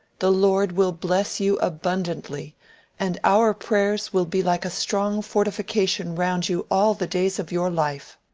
the lord will bless you abundantly and our prayers will be like a strong fortification round you all the days of your life.